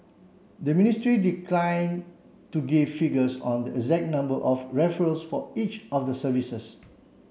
the ministry declined to give figures on the exact number of referrals for each of the services